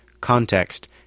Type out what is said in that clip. context